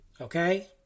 Okay